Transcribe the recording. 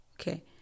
okay